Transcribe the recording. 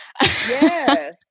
yes